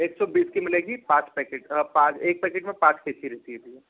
एक सौ बीस की मिलेगी पाँच पैकेट पाँच एक पैकेट में पाँच कैंची रहती हैं भैया